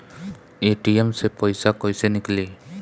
ATM से पइसा कइसे निकली?